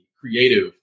creative